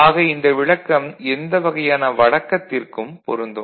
ஆக இந்த விளக்கம் எந்த வகையான வழக்கத்திற்கும் பொருந்தும்